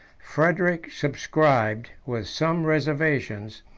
frederic subscribed, with some reservations,